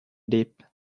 deep